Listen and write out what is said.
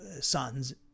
sons